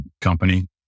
company